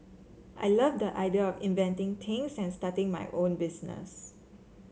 I love the idea of inventing things and starting my own business